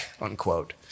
unquote